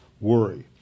worry